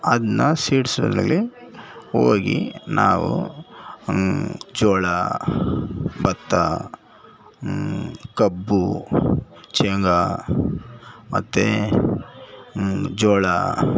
ಅದನ್ನ ಸೀಡ್ಸ್ಗಳಲ್ಲಿ ಹೋಗಿ ನಾವು ಜೋಳ ಭತ್ತ ಕಬ್ಬು ಶೇಂಗಾ ಮತ್ತು ಜೋಳ